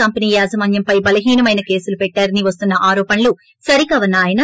company యాజమాన్నంపై బలహీన మైన కేసులు పెట్టారని వస్తున్న ఆరోపణలు సరికావస్స ఆయన